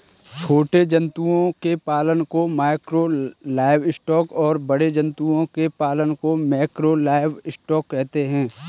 छोटे जंतुओं के पालन को माइक्रो लाइवस्टॉक और बड़े जंतुओं के पालन को मैकरो लाइवस्टॉक कहते है